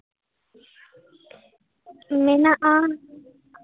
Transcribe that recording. ᱢᱮᱱᱟᱜᱼᱟ